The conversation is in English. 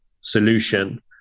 solution